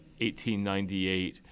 1898